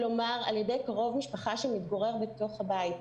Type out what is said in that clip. כלומר על ידי קרוב משפחה שמתגורר בתוך הבית,